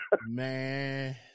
Man